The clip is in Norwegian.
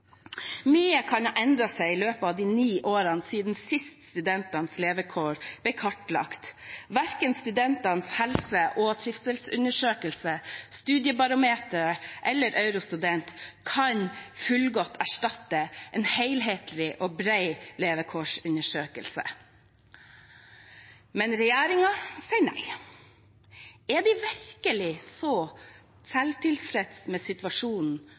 Mye kan ha endret seg i løpet av de ni årene siden sist studentenes levekår ble kartlagt. Verken Studentenes helse- og trivselsundersøkelse, Studiebarometeret eller Eurostudent kan fullgodt erstatte en helhetlig og bred levekårsundersøkelse. Men regjeringen sier nei. Er de virkelig så selvtilfredse når det gjelder situasjonen